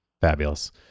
fabulous